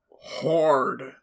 hard